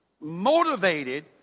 motivated